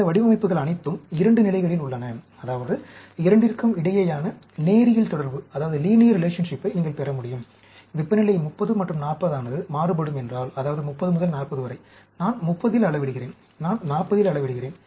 இந்த வடிவமைப்புகள் அனைத்தும் 2 நிலைகளில் உள்ளன அதாவது இரண்டிற்கும் இடையேயான நேரியல் தொடர்பினை நீங்கள் பெற முடியும் வெப்பநிலை 30 மற்றும் 40 ஆனது மாறுபடும் என்றால் அதாவது 30 முதல் 40 வரை நான் 30 இல் அளவிடுகிறேன் நான் 40 இல் அளவிடுகிறேன்